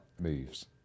moves